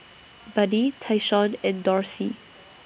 Buddy Tyshawn and Dorsey